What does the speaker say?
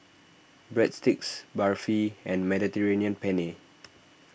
Breadsticks Barfi and Mediterranean Penne